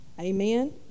Amen